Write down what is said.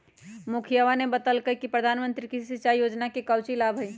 मुखिवा ने बतल कई कि प्रधानमंत्री कृषि सिंचाई योजना के काउची लाभ हई?